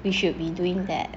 they should be doing that